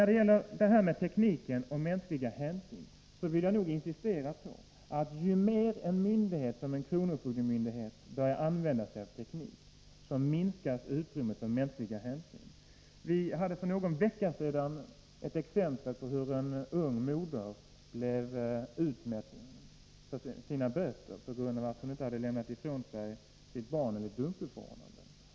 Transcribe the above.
I fråga om tekniken och utrymmet för mänskliga hänsyn vidhåller jag att ju mer en myndighet av det slag som kronofogdemyndigheten är börjar använda sig av teknik, desto mer minskas utrymmet för mänskliga hänsyn. Ett exempel på det hade vi för någon vecka sedan. Man hade gjort utmätning hos en ung moder för obetalda böter på grund av att hon inte lämnat ifrån sig sitt barn enligt domstolsförordnande.